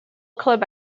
club